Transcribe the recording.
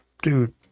Dude